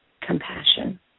compassion